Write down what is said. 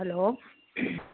hello